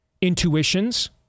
intuitions